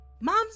Mom's